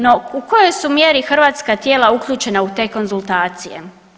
No, u kojoj su mjeri hrvatska tijela uključena u te konzultacije?